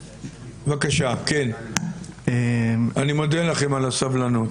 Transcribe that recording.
בבקשה, כן, אני מודה לכם על הסבלנות.